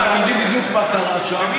אנחנו יודעים בדיוק מה קרה שם.